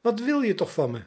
wat wil je toch van me